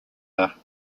are